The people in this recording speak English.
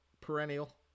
perennial